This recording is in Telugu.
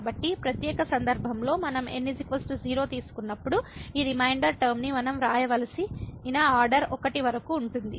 కాబట్టి ప్రత్యేక సందర్భంలో మనం n 0 తీసుకున్నప్పుడు ఈ రిమైండర్ టర్మ ని మనం వ్రాయవలసిన ఆర్డర్ ఒకటి వరకు ఉంటుంది